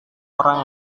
orang